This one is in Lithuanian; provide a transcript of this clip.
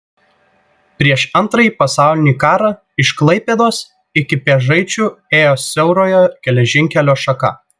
prieš antrąjį pasaulinį karą iš klaipėdos iki pėžaičių ėjo siaurojo geležinkelio šaka